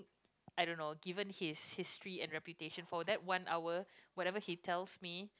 I don't know given his history and reputation for that one hour whatever he tells me